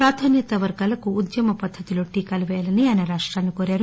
ప్రాధాన్యత వర్గాలకు ఉద్యమ పద్దతిలో టీకాలు పేయాలని ఆయన రాష్టాలను కోరారు